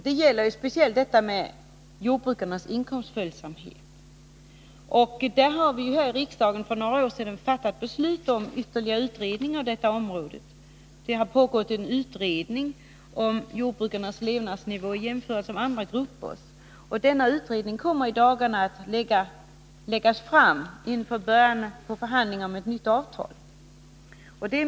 Det gäller ju speciellt frågan om jordbrukarnas inkomstföljsamhet. I riksdagen fattade vi för några år sedan beslut om ytterligare utredning om detta område. Det har pågått en utredning om jordbrukarnas levnadsnivå jämförd med andra gruppers. Denna utredning kommer i dagarna att läggas fram inför början av förhandlingarna om ett nytt avtal.